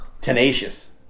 tenacious